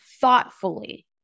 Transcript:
thoughtfully